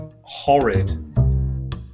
horrid